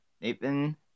Nathan